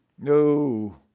No